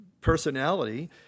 personality